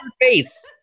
face